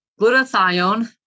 Glutathione